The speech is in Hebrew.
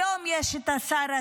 היום יש את השר הזה,